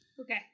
Okay